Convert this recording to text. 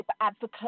advocate